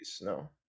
No